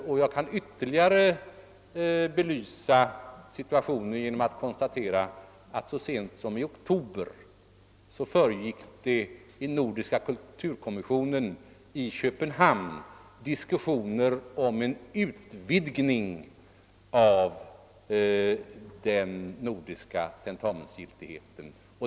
Och jag kan ytterligare belysa situationen genom att konstatera att så sent som i oktober försiggick det i Nordiska kulturkommissionen i Köpenhamn diskussioner om en utvidgning av den nor diska 'tentamensgiltigheten.